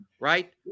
right